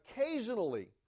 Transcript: occasionally